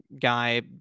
guy